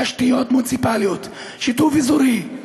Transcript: תשתיות מוניציפליות, שיתוף אזורי,